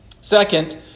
Second